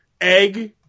Egg